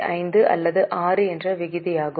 5 அல்லது 6 என்ற விகிதமாகும்